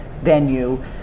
venue